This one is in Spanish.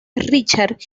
richard